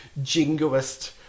jingoist